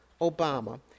Obama